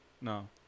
No